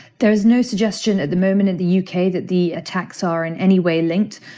there is no suggestion at the moment in the u k. that the attacks are in any way linked.